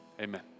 Amen